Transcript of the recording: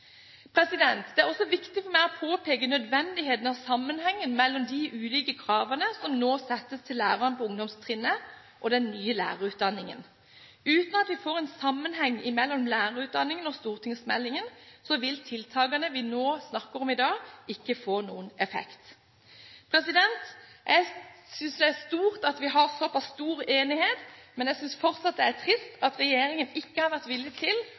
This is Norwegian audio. Det er også viktig for meg å påpeke nødvendigheten av sammenhengen mellom de ulike kravene som nå settes til lærerne på ungdomstrinnet, og den nye lærerutdanningen. Uten at vi får en sammenheng mellom lærerutdanningen og stortingsmeldingen, vil tiltakene vi nå snakker om i dag, ikke få noen effekt. Jeg synes det er stort at vi har såpass stor enighet, men jeg synes fortsatt det er trist at regjeringen ikke har vært villig til